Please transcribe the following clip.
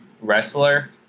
wrestler